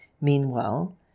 Meanwhile